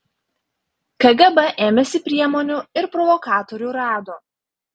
kgb ėmėsi priemonių ir provokatorių rado